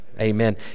amen